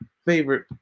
favorite